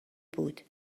بود